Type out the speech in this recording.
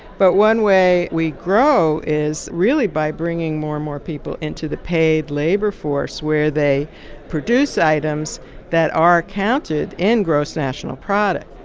but one way we grow is really by bringing more and more people into the paid labor force, where they produce items that are counted in gross national product.